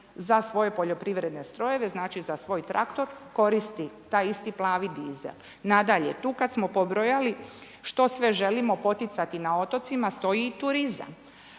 za svoje poljoprivredne strojeve, znači za svoj traktor koristi taj isti plavi dizel. Nadalje, tu kad smo pobrojali što sve želimo poticati na otocima, stoji i turizam.